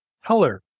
Heller